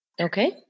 Okay